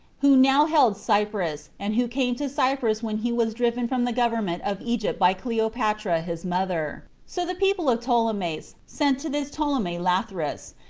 who now held cyprus, and who came to cyprus when he was driven from the government of egypt by cleopatra his mother. so the people of ptolemais sent to this ptolemy lathyrus,